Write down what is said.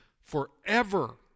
forever